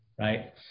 right